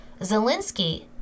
Zelensky